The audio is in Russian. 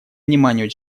вниманию